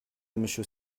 monsieur